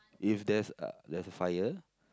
if there's a there's a fire